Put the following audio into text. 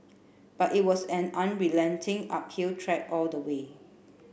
but it was an unrelenting uphill trek all the way